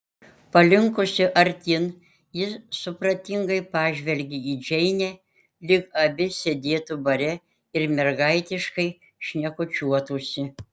palinkusi artyn ji supratingai pažvelgė į džeinę lyg abi sėdėtų bare ir mergaitiškai šnekučiuotųsi